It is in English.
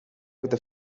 with